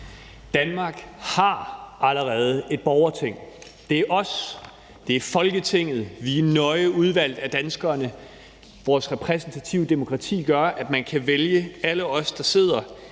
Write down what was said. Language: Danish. Danmark har allerede et borgerting. Det er os, det er Folketinget. Vi er nøje udvalgt af danskerne. Vores repræsentative demokrati gør, at man kan vælge alle os, der sidder